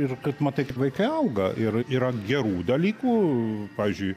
ir kad matai kaip vaikai auga ir yra gerų dalykų pavyzdžiui